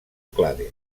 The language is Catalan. clade